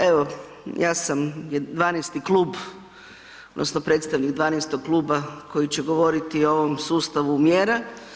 Evo ja sam 12. klub odnosno predstavnik 12. kluba koji će govoriti o ovom sustavu mjera.